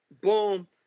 Boom